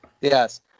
Yes